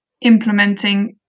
implementing